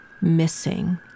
missing